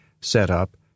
setup